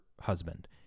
husband